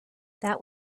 that